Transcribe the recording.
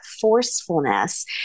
forcefulness